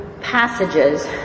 passages